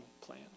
plan